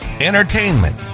entertainment